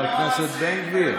חבר הכנסת בן גביר,